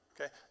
Okay